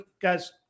Guys